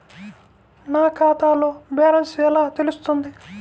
నా ఖాతాలో బ్యాలెన్స్ ఎలా తెలుస్తుంది?